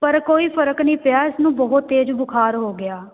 ਪਰ ਕੋਈ ਫਰਕ ਨਹੀਂ ਪਿਆ ਇਸ ਨੂੰ ਬਹੁਤ ਤੇਜ਼ ਬੁਖਾਰ ਹੋ ਗਿਆ